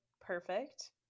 perfect